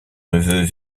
neveu